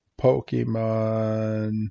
Pokemon